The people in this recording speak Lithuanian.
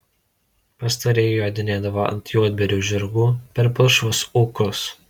pastarieji jodinėdavo ant juodbėrių žirgų per palšvus ūkus